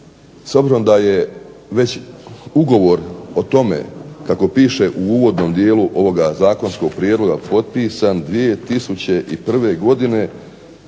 obzirom da je već ugovor o tome kako piše u uvodnom dijelu ovoga zakonskog prijedloga potpisan 6. veljače